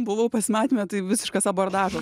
buvau pasimatyme tai visiškas abordažas